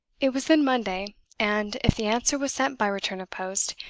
it was then monday and, if the answer was sent by return of post,